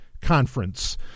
conference